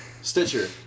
Stitcher